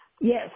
Yes